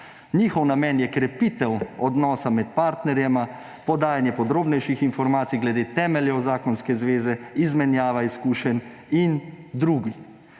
Njihov namen je krepitev odnosa med partnerjema, podajanje podrobnejših informacij glede temeljev zakonske zveze, izmenjava izkušenj in drugi.